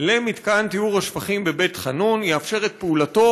למתקן טיהור השפכים בבית חנון ויאפשר את פעולתו.